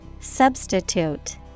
Substitute